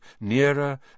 nearer